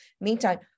Meantime